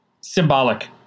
Symbolic